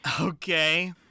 Okay